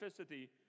specificity